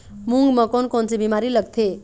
मूंग म कोन कोन से बीमारी लगथे?